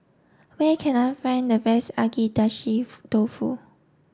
where can I find the best Agedashi Dofu